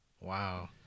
Wow